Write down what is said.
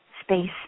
space